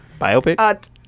Biopic